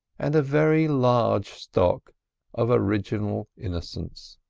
and a very large stock of original innocence.